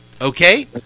okay